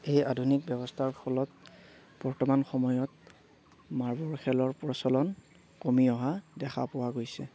এই আধুনিক ব্যৱস্থাৰ ফলত বৰ্তমান সময়ত মাৰ্বল খেলৰ প্ৰচলন কমি অহা দেখা পোৱা গৈছে